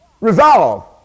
resolve